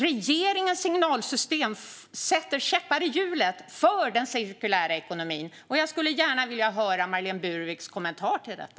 Regeringens signalsystem sätter käppar i hjulet för den cirkulära ekonomin, och jag skulle gärna vilja höra Marlene Burwicks kommentar till detta.